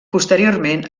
posteriorment